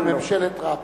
שר הבריאות בממשלת רבין.